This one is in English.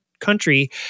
country